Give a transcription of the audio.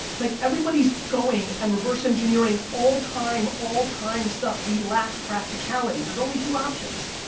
like, everybody's going and reverse engineering all time, all time stuff. we lack practicality. there's only two options.